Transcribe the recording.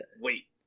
wait